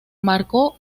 marcó